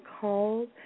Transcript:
called